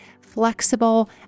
flexible